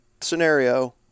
scenario